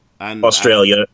Australia